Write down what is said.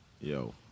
Yo